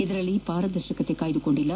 ಇದರಲ್ಲಿ ಪಾರದರ್ಶಕತೆ ಕಾಯ್ದುಕೊಂಡಿಲ್ಲ